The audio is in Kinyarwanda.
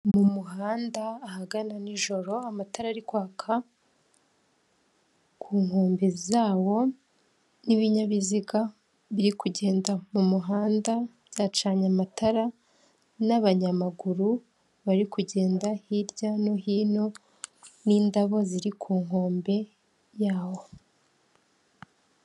Mu muhanda ahagana n'ijoro amatara ari kwaka, ku nkombe zawo n'ibinyabiziga biri kugenda mu muhanda byacanye amatara, n'abanyamaguru bari kugenda hirya no hino, n'indabo ziri ku nkombe yaho.